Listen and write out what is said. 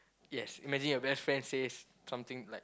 yes imagine your best friend says something like